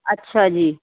ਅੱਛਾ ਜੀ